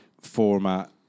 format